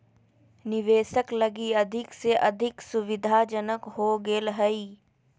निवेशक लगी अधिक से अधिक सुविधाजनक हो गेल हइ